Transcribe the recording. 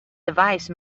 device